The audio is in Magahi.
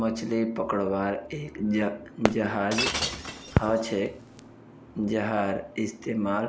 मछली पकड़वार एक जहाज हछेक जहार इस्तेमाल